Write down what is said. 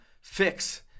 Fix